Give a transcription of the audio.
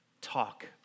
talk